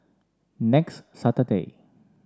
next Saturday